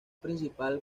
principal